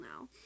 now